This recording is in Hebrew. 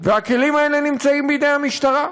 והכלים האלה נמצאים בידי המשטרה,